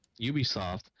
Ubisoft